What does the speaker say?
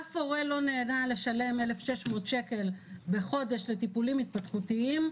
אף הורה לא נהנה לשלם 1,600 שקלים בחודש על טיפולים התפתחותיים,